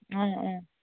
অঁ অঁ